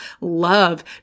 love